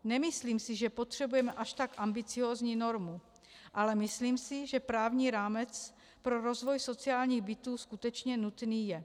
Nemyslím si, že potřebujeme až tak ambiciózní normu, ale myslím si, že právní rámec pro rozvoj sociálních bytů skutečně nutný je.